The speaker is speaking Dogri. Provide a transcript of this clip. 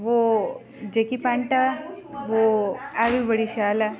बो जेह्की पैंट ऐ बो ऐ बी बड़ी शैल ऐ